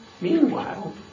Meanwhile